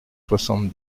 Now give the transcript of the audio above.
soixante